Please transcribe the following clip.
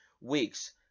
weeks